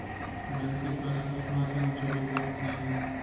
ব্যাঙ্কে পাসবই খোলার জন্য ছবির মাপ কী?